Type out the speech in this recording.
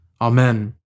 Amen